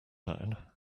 down